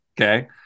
okay